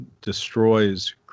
destroys